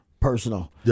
personal